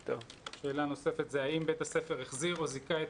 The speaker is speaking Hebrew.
שאלה נוספת: האם בית הספר החזיר או זיכה את